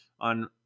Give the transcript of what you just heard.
on